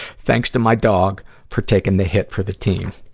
thanks to my dog for taking the hit for the team.